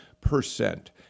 percent